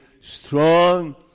strong